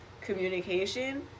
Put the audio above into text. communication